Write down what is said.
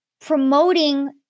promoting